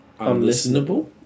unlistenable